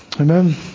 Amen